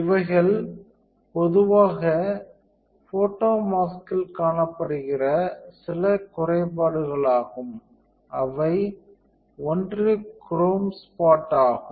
இவைகள் பொதுவாக ஃபோட்டோமாஸ்கில் காணப்படுகிற சில குறைபாடுகளாகும் அவை ஒன்று குரோம் ஸ்பாட் ஆகும்